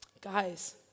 Guys